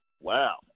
Wow